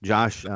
Josh